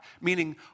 Meaning